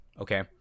okay